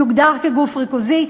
יוגדר כגוף ריכוזי,